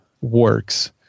works